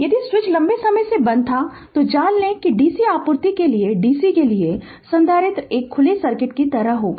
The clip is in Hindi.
यदि स्विच लंबे समय से बंद था तो जान लें कि DC आपूर्ति के लिए DC के लिए संधारित्र एक खुले सर्किट की तरह होगा